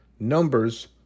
Numbers